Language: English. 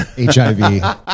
HIV